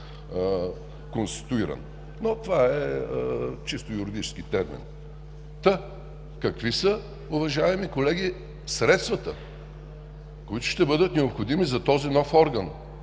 конституиран, но това е чисто юридически термин. Какви са, уважаеми колеги, средствата, които ще бъдат необходими за този нов орган